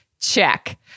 Check